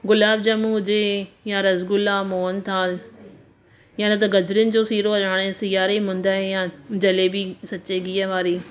गुलाब ॼमूं हुजे या रसगुल्ला मोहन थाल या न त गजरुनि जो सीरो हाणे सिआरे मुंदि आई आहे जलेबी सचे गीहु वारी